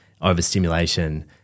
overstimulation